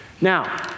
Now